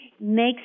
makes